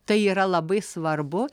tai yra labai svarbu